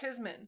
Kisman